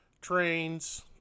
trains